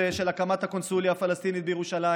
של הקמת הקונסוליה הפלסטינית בירושלים,